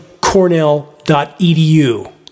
cornell.edu